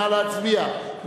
נא להצביע.